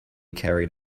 carried